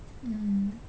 mm